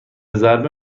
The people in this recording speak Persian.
ضربه